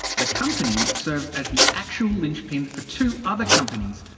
the company serves as the actual linchpin for two other companies,